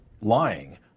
lying